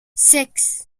six